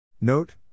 Note